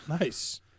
Nice